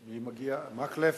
הוא מגיע, מקלב?